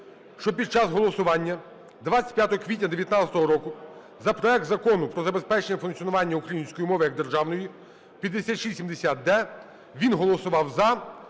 що під час голосування 25 квітня 19-го року за проект Закону про забезпечення функціонування української мови як державної (5670-д) він голосував